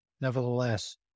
Nevertheless